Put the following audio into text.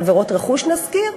עבירות רכוש, נזכיר,